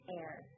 air